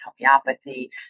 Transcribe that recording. homeopathy